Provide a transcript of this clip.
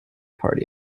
party